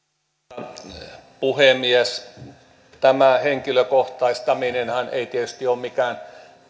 arvoisa puhemies tämä henkilökohtaistaminenhan ei tietysti ole mikään